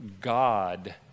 God